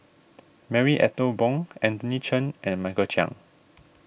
Marie Ethel Bong Anthony Chen and Michael Chiang